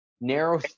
Narrow